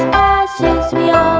ashes, we